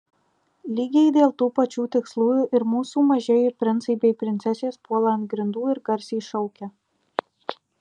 lygiai dėl tų pačių tikslų ir mūsų mažieji princai bei princesės puola ant grindų ir garsiai šaukia